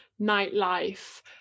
nightlife